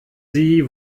sie